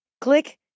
Click